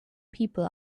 people